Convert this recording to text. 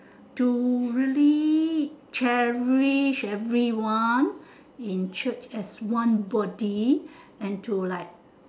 to really cherish everyone in church as one body and to like